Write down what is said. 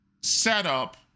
setup